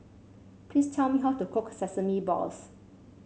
please tell me how to cook Sesame Balls